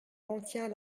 contient